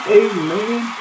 amen